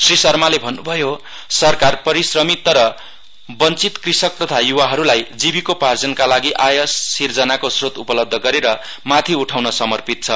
श्री शर्माले भन्नुभयो सरकार परिश्रमी तर वञ्चीत कृषक तथा युवाहरूलाई जीविकोपार्जनका लागि आय सिर्जनाको श्रोत उपलब्ध गरेर माथि उठाउन समर्पित छ